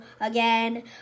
again